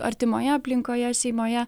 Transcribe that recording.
artimoje aplinkoje šeimoje